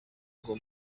ngo